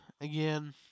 again